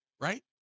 right